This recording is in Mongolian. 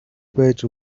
байж